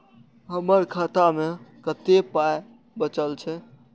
हमर खाता मे कतैक पाय बचल छै